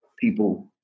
people